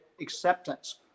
acceptance